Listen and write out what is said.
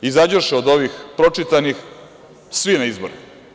Izađoše od ovih pročitanih svi na izbore.